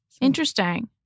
Interesting